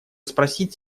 спросить